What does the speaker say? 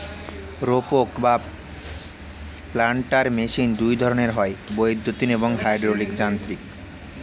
রোপক বা planter machine দুই ধরনের হয়, বৈদ্যুতিন এবং হাইড্রলিক যান্ত্রিক